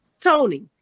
Tony